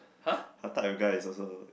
her type of guy is also